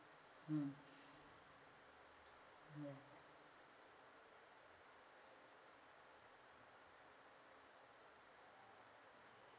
mm ya